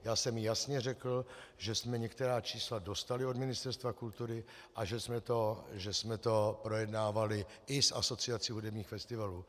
Já jsem jasně řekl, že jsme některá čísla dostali od Ministerstva kultury a že jsme to projednávali i s Asociací hudebních festivalů.